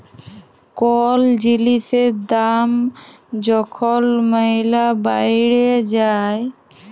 call জিলিসের দাম যখল ম্যালা বাইড়ে যায়